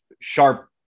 sharp